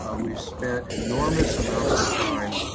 ah we've spent enormous amounts of time,